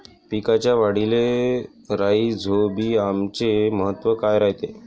पिकाच्या वाढीले राईझोबीआमचे महत्व काय रायते?